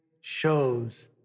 shows